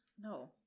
No